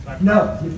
No